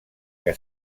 que